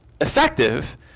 effective